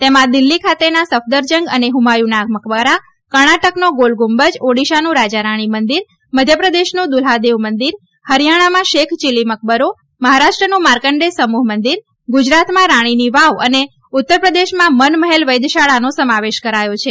તેમાં દિલ્લી ખાતેના સફદરજંગ અને હંમાયુના મકબરા કર્ણાટકનો ગોલગુંબજ ઓડિશાનું રાજારાણી મંંદિર મધ્યપ્રદેશનું દુલ્હાદેવ મંદિર હરિયાણામાં શેખ ચીલી મકબરો મહારાષ્ટ્રનું માર્કજે સમૂહ મંદિર ગુજરાતમાં રાણીની વાવ અને ઉત્તરપ્રદેશમાં મન મહલ વૈદશાળાનો સમાવેશ કરાયો છે